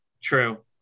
True